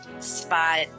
spot